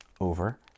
over